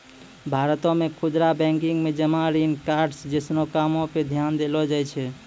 भारतो मे खुदरा बैंकिंग मे जमा ऋण कार्ड्स जैसनो कामो पे ध्यान देलो जाय छै